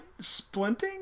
splinting